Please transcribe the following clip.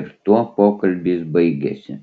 ir tuo pokalbis baigėsi